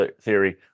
theory